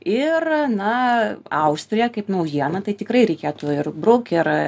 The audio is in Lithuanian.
ir na austriją kaip naujieną tai tikrai reikėtų ir buk